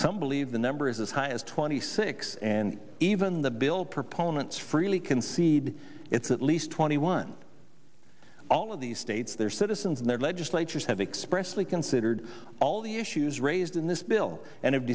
some believe the number is as high as twenty six and even the bill proponents freely concede it's at least twenty one all of the states their citizens and their legislatures have expressed they considered all the issues raised in this bill and